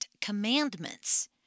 commandments